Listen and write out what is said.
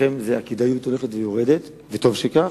ולכן הכדאיות הולכת ויורדת, וטוב שכך.